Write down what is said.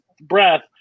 breath